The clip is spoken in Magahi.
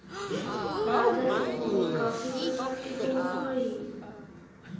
राजस्व भी काफी प्रकार के होवअ हई